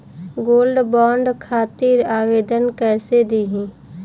Gold bond खातिर आवेदन कैसे दिही?